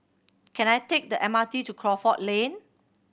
can I take the M R T to Crawford Lane